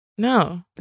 No